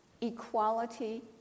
equality